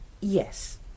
Yes